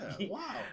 wow